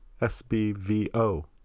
S-B-V-O